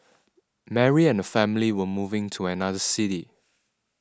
Mary and her family were moving to another city